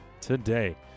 today